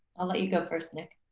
i'll let you go first nick.